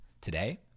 Today